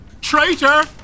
traitor